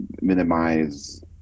minimize